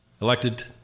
elected